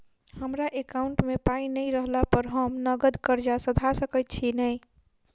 हमरा एकाउंट मे पाई नै रहला पर हम नगद कर्जा सधा सकैत छी नै?